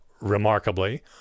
remarkably